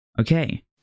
Okay